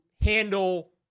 handle